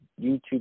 YouTube